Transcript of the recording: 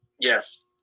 Yes